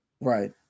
Right